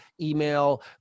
email